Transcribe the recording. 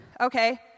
okay